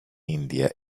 india